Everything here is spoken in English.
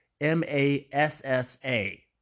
M-A-S-S-A